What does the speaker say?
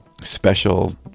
special